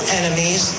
enemies